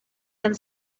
and